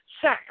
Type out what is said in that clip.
sex